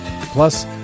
Plus